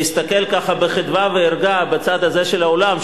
והסתכל ככה בחדווה וערגה בצד הזה של האולם,